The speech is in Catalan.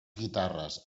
guitarres